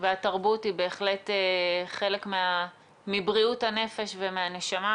והתרבות היא בהחלט חלק מבריאות הנפש ומהנשמה.